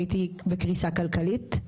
הייתי בקריסה כלכלית.